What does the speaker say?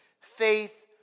Faith